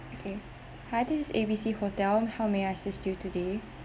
okay hi this is A B C hotel how may I assist you today